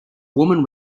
woman